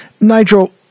Nigel